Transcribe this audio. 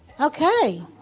Okay